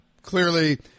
Clearly